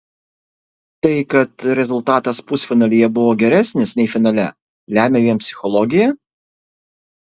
tai kad rezultatas pusfinalyje buvo geresnis nei finale lemia vien psichologija